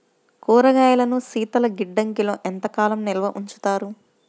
కూరగాయలను శీతలగిడ్డంగిలో ఎంత కాలం నిల్వ ఉంచుతారు?